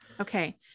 Okay